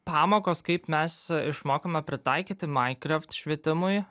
pamokos kaip mes išmokome pritaikyti minecraft švietimui